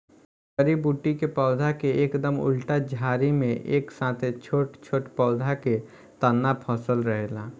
जड़ी बूटी के पौधा के एकदम उल्टा झाड़ी में एक साथे छोट छोट पौधा के तना फसल रहेला